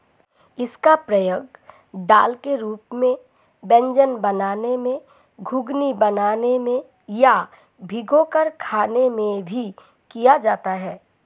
इसका प्रयोग दाल के रूप में व्यंजन बनाने में, घुघनी बनाने में या भिगोकर खाने में भी किया जाता है